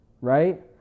Right